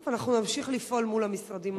טוב, אנחנו נמשיך לפעול מול המשרדים האלה.